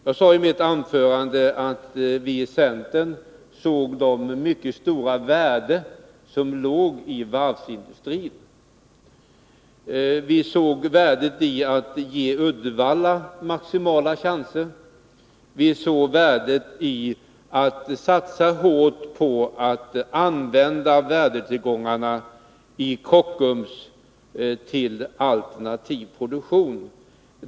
Jag sade i mitt anförande att vi i centern såg det mycket stora värde som ligger i varvsindustrin. Vi ser värdet i att ge Uddevallavarvet maximala chanser, och vi ser värdet i att satsa hårt på att använda värdetillgångarna i Kockums till alternativ produktion.